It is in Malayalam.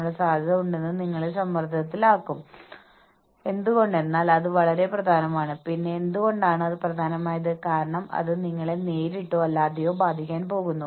വളരെയധികം ഉൽപ്പാദിപ്പിക്കുന്ന ഒരു ടീമിന് വീണ്ടും വീണ്ടും പ്രോത്സാഹനങ്ങൾ ലഭിക്കുന്നു